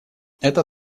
это